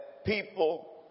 people